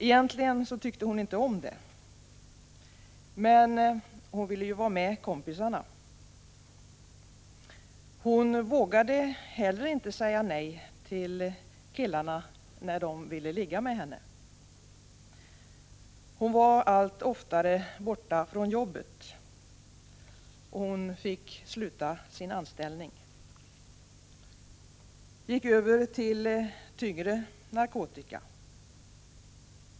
Egentligen tyckte hon inte om det. Men hon ville ju vara med kompisarna. Hon vågade heller inte säga nej när killarna ville ligga med henne. Hon var allt oftare borta från jobbet. Hon fick sluta sin anställning. Gick över till tyngre narkotika.